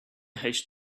hatch